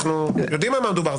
אנחנו יודעים על מה מדובר.